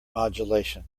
modulation